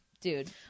Dude